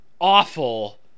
awful